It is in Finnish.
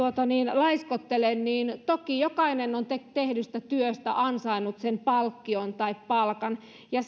laiskottele että toki jokainen on tehdystä työstä ansainnut sen palkkion tai palkan ja